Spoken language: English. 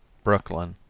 brooklyn,